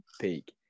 peak